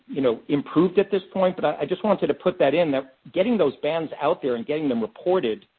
you know, improved at this point. but i just wanted to put that in that getting those bands out there and getting them reported,